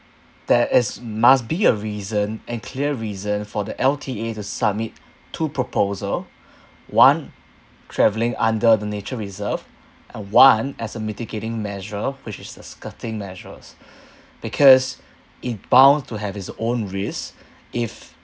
there is must be a reason and clear reason for the L_T_A to submit two proposal one travelling under the nature reserve and one as a mitigating measure which is the skirting measures because it bound to have its own risk if